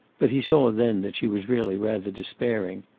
but he saw then that she was really rather despairing.